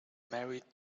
married